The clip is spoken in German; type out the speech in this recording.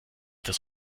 das